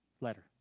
letter